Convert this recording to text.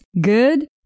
good